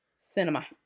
Cinema